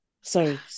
Sorry